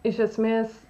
iš esmės